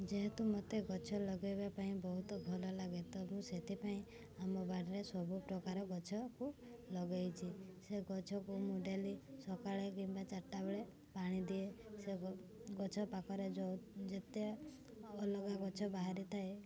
ଯେହେତୁ ମତେ ଗଛ ଲଗେଇବା ପାଇଁ ବହୁତ ଭଲ ଲାଗେ ତ ମୁଁ ସେଥିପାଇଁ ଆମ ବାଡ଼ିରେ ସବୁ ପ୍ରକାର ଗଛକୁ ଲଗେଇଛି ସେ ଗଛକୁ ମୁଁ ଡେଲି ସକାଳେ କିମ୍ବା ଚାରିଟା ବେଳେ ପାଣି ଦିଏ ସେ ଗ ଗଛ ପାଖରେ ଯେଉଁ ଯେତେ ଅଲଗା ଗଛ ବାହାରିଥାଏ